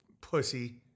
Pussy